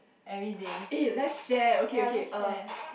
everyday ya let's share